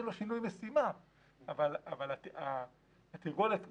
התרגולת קיימת.